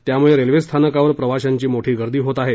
त्यामुळे रेल्वेस्थानकावर प्रवाशांची मोठी गर्दी होत आहे